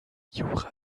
jura